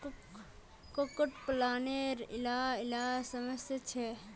कुक्कुट पालानेर इला इला समस्या छे